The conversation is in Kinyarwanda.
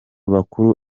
bakuru